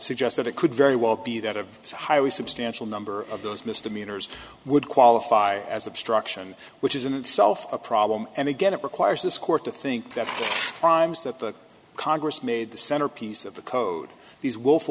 suggest that it could very well be that of this highly substantial number of those misdemeanors would qualify as obstruction which is in itself a problem and again it requires this court to think that crimes that the congress made the centerpiece of the code these w